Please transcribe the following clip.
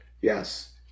Yes